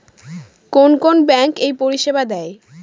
কোন কোন ব্যাঙ্ক এই পরিষেবা দেয়?